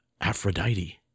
Aphrodite